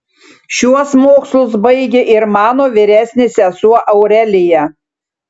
šiuos mokslus baigė ir mano vyresnė sesuo aurelija